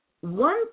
one